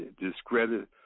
discredit